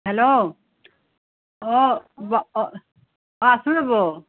hello অ অ আছোঁ ৰ'ব